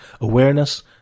Awareness